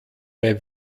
bei